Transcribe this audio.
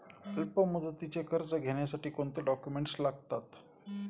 अल्पमुदतीचे कर्ज घेण्यासाठी कोणते डॉक्युमेंट्स लागतात?